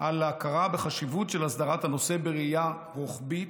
על ההכרה בחשיבות של הסדרת הנושא בראייה רוחבית,